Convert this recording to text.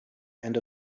and